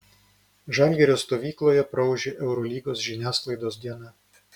žalgirio stovykloje praūžė eurolygos žiniasklaidos diena